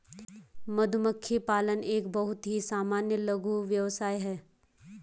मधुमक्खी पालन एक बहुत ही सामान्य लघु व्यवसाय है